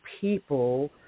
people